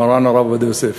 מרן עובדיה יוסף.